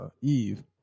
Eve